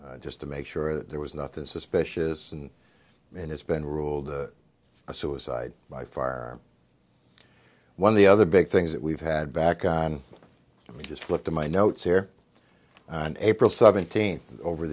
e just to make sure that there was nothing suspicious and it has been ruled a suicide by far one of the other big things that we've had back on i mean just look to my notes here april seventeenth over